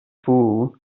fool